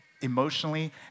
emotionally